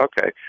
okay